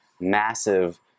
massive